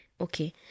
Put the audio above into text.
okay